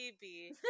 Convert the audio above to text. baby